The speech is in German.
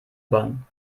bahn